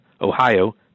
Ohio